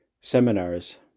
seminars